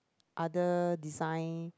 other design